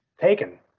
Taken